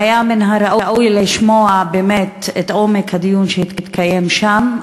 והיה מן ראוי לשמוע באמת את הדיון העמוק שהתקיים שם.